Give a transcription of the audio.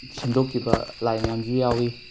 ꯁꯦꯝꯗꯣꯛꯈꯤꯕ ꯂꯥꯏ ꯃꯌꯥꯝꯁꯨ ꯌꯥꯎꯋꯤ